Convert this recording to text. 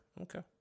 Okay